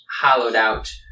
hollowed-out